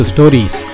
Stories